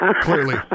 Clearly